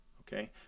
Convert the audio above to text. Okay